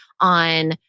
on